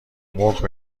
مرغ